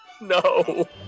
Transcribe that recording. no